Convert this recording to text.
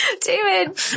David